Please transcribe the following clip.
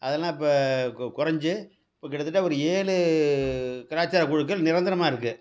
அதெல்லாம் இப்போ கொ கொறைஞ்சி இப்போ கிட்டத்தட்ட ஒரு ஏழு கலாச்சார குழுக்கள் நிரந்தரமாக இருக்குது